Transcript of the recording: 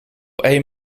één